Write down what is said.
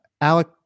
Alec